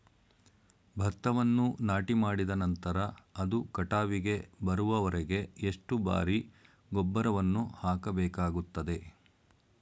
ಭತ್ತವನ್ನು ನಾಟಿಮಾಡಿದ ನಂತರ ಅದು ಕಟಾವಿಗೆ ಬರುವವರೆಗೆ ಎಷ್ಟು ಬಾರಿ ಗೊಬ್ಬರವನ್ನು ಹಾಕಬೇಕಾಗುತ್ತದೆ?